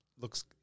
looks